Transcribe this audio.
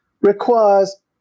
requires